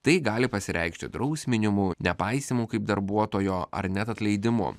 tai gali pasireikšti drausminimu nepaisymu kaip darbuotojo ar net atleidimu